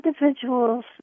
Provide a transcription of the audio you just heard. Individuals